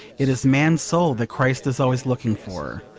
it is man's soul that christ is always looking for.